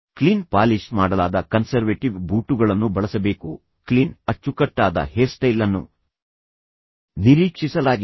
clean polish ಮಾಡಲಾದ conservative ಬೂಟುಗಳನ್ನು ಬಳಸಬೇಕು ಕ್ಲೀನ್ ಅಚ್ಚುಕಟ್ಟಾದ ಹೇರ್ಸ್ಟೈಲ್ ಅನ್ನು ನಿರೀಕ್ಷಿಸಲಾಗಿದೆ